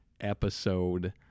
episode